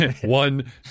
One